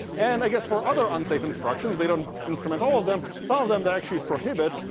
and i guess for other unsafe instructions, they don't instrument all of them. some of them they actually prohibit,